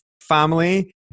Family